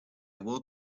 will